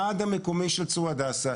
הוועד המקומי של צור הדסה,